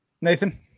Nathan